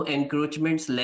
Encroachments